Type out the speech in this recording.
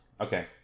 okay